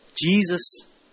Jesus